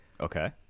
Okay